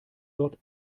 dort